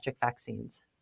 vaccines